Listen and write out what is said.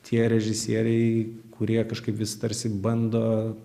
tie režisieriai kurie kažkaip vis tarsi bando